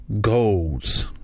goals